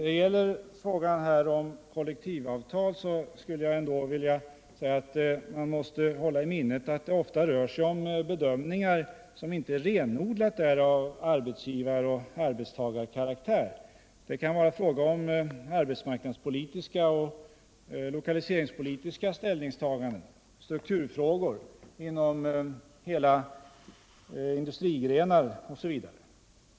Beträffande frågan om kollektivavtal skulle jag vilja säga att man måste hålla i minnet att det ofta rör sig om bedömningar som inte är av renodlad arbetsgivar och arbetstagarkaraktär. Det kan vara fråga om arbetsmarknadspolitiska och lokaliseringspolitiska ställningstaganden, strukturfrågor inom hela industrigrenar osv.